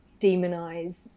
demonize